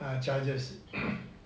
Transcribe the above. charges